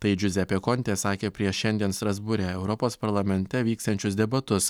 tai džiuzepė kontė sakė prieš šiandien strasbūre europos parlamente vyksiančius debatus